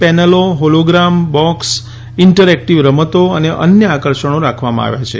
પેનલો hologram box interactive રમતો અને અન્ય આકર્ષણો રાખવામાં આવ્યા છે